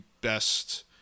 best